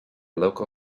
local